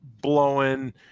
blowing